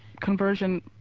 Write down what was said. conversion